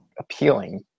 appealing